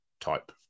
type